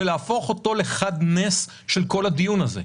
ולהפוך אותו לחד-נס של כל הדיון הזה.